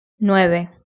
nueve